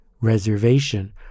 reservation